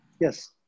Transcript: Yes